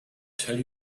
tell